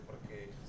porque